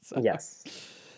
Yes